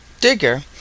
Digger